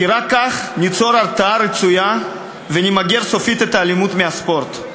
כי רק כך ניצור הרתעה רצויה ונמגר סופית את האלימות מהספורט.